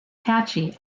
catchy